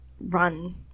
run